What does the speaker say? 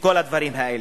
וכל הדברים האלה.